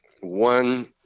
one